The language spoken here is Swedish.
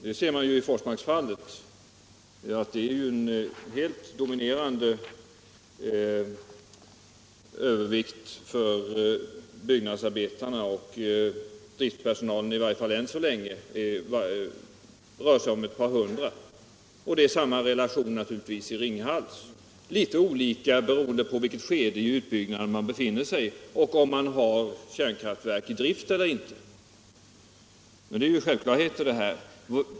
Det framgår av Forsmarksfallet att det är ett helt dominerande antal byggnadsarbetare, medan driftsper 65 sonalen i varje fall än så länge uppgår till ett par hundra personer. Det är väl i stort sett samma relation i Ringhals — det kan vara litet olika beroende på vilket skede utbyggnaden befinner sig i och om man har något verk i drift eller inte. Detta är självklarheter.